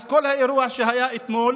אז כל האירוע שהיה אתמול